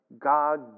God